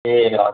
ए हजुर